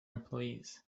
employees